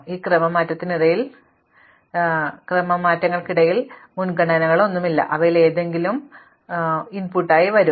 ഇപ്പോൾ ഈ ക്രമമാറ്റങ്ങൾക്കിടയിൽ ഞങ്ങൾക്ക് മുൻഗണനകളൊന്നുമില്ല അവയിലേതെങ്കിലും ഞങ്ങളുടെ ഇൻപുട്ടായി വരും